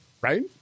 right